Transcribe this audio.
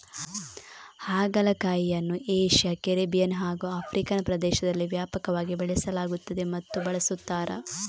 ಹಾಗಲಕಾಯಿಯನ್ನು Asia, Caribbean ಹಾಗೂ ಆಫ್ರಿಕನ್ ಪ್ರದೇಶದಲ್ಲಿ ವ್ಯಾಪಕವಾಗಿ ಬೆಳೆಸಲಾಗುತ್ತದೆ ಮತ್ತು ಬಳಸುತ್ತಾರೆ